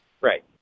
Right